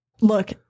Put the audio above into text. Look